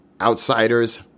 outsiders